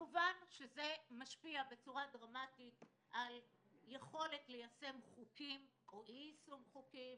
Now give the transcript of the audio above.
כמובן שזה משפיע דרמטית על יכולת ליישם חוקים או אי-יישום חוקים.